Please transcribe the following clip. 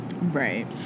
Right